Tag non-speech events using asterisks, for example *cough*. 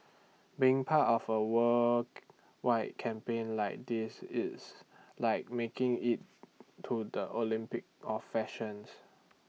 being part of A world *noise* wide campaign like this it's like making IT to the Olympics of fashions